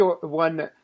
one